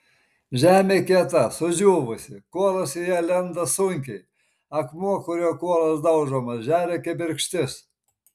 žemė kieta sudžiūvusi kuolas į ją lenda sunkiai akmuo kuriuo kuolas daužomas žeria kibirkštis